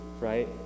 right